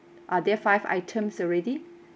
are there five items already